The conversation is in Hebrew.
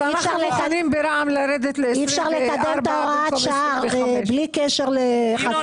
אז אנחנו מוכנים ברע"מ לרדת ל-2024 במקום 2025. ינון.